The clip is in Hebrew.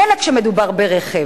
מילא כשמדובר ברכב,